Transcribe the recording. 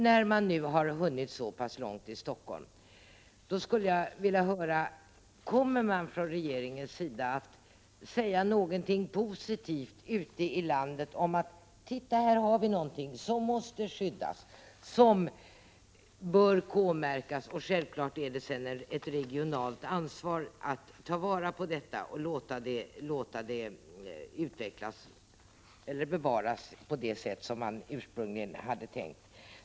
När man nu har hunnit så pass långt i Stockholm skulle jag vilja höra om regeringen har något positivt att säga om att det ute i landet finns byggnader som måste k-märkas och skyddas. Självfallet är det sedan ett regionalt ansvar att ta vara på detta och bevara byggnaderna på det sätt som man ursprungligen hade tänkt.